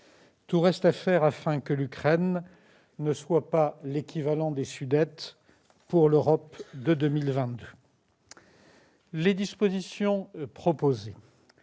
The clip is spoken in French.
Tout reste à faire afin que l'Ukraine ne soit pas l'équivalent des Sudètes pour l'Europe de 2022. Les dispositions proposées